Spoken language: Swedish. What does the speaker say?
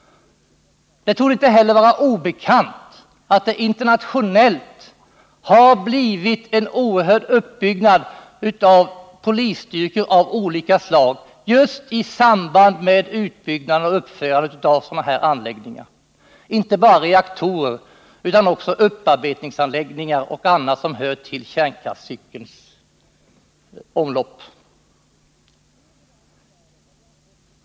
Det torde inte heller vara honom obekant att det internationellt har blivit en oerhörd uppbyggnad av polisstyrkor av olika slag just i samband med utbyggnad och uppförande av sådana anläggningar — inte bara reaktorer utan också upparbetningsanläggningar och annat som hör till kärnkraftscykeln.